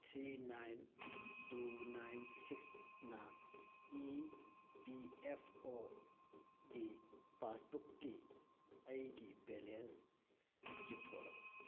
three nine two nine ꯁꯤꯛꯁꯅ E P F ꯑꯣꯒꯤ ꯄꯥꯁꯕꯨꯛꯀꯤ ꯑꯩꯒꯤ ꯕꯦꯂꯦꯟꯁ ꯆꯤꯡꯊꯣꯔꯛꯎ